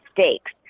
stakes